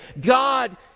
God